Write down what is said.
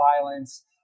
violence